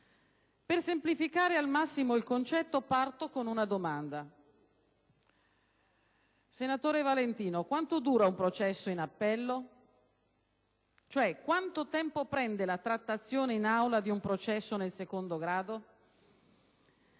Per semplificare al massimo il concetto parto con una domanda. Senatore Valentino, quanto dura un processo in appello? Quanto tempo prende la trattazione in aula di un processo nel secondo grado?